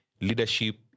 Leadership